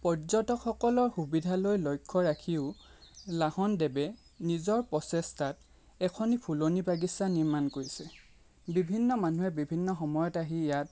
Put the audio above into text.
পৰ্যটকসকলৰ সুবিধালৈ লক্ষ্য ৰাখিও লাহনদেৱে নিজৰ প্ৰচেষ্টাত এখনি ফুলনি বাগিচা নিৰ্মাণ কৰিছে বিভিন্ন মানুহে বিভিন্ন সময়ত আহি ইয়াত